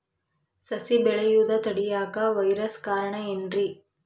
ಸಸಿ ಬೆಳೆಯುದ ತಡಿಯಾಕ ವೈರಸ್ ಕಾರಣ ಏನ್ರಿ?